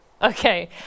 Okay